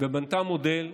ובנתה מודל,